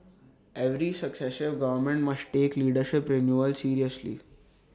every successive government must take leadership renewal seriously